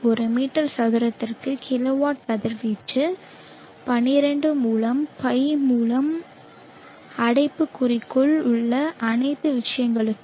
ஒரு மீட்டர் சதுரத்திற்கு கிலோவாட் கதிர்வீச்சு 12 மூலம் pi மூலம் அடைப்புக்குறிக்குள் உள்ள அனைத்து விஷயங்களுக்கும்